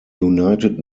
united